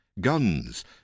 Guns